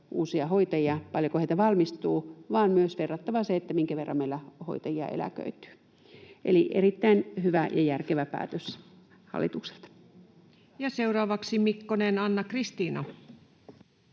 uusia hoitajia, paljonko heitä valmistuu, ja verrata se, minkä verran meillä hoitajia eläköityy. Eli erittäin hyvä ja järkevä päätös hallitukselta. Ja seuraavaksi Mikkonen, Anna-Kristiina.